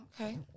Okay